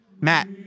Matt